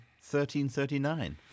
1339